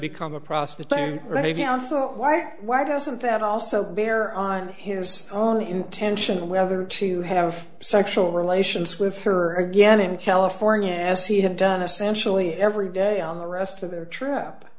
become a prostitute right if you know also why or why doesn't that also bear on his intention whether to have sexual relations with her again in california as he had done essentially every day on the rest of their tr